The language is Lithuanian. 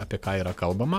apie ką yra kalbama